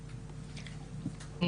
ואומרות שומעים אותנו?